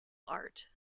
art